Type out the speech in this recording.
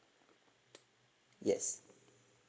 yes